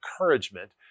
encouragement